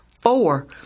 four